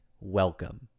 welcome